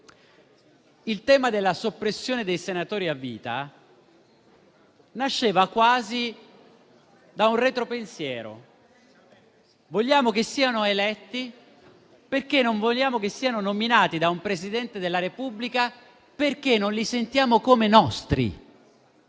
Il tema della soppressione dei senatori a vita nasceva quasi da un retro pensiero: vogliamo che siano eletti perché non vogliamo che siano nominati da un Presidente della Repubblica, perché così non li sentiamo come nostri.